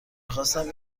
میخواستم